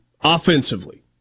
offensively